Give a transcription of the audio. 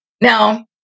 Now